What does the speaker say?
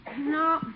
No